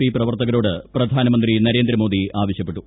P പ്രവർത്തകരോട് പ്രധാനമന്ത്രി നരേന്ദ്രമോദി ആവശ്യപ്പെട്ടു